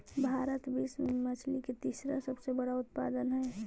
भारत विश्व में मछली के तीसरा सबसे बड़ा उत्पादक हई